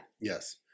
Yes